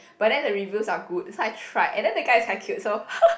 but then the reviews are good so I tried and then the guy is quite cute so